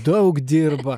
daug dirba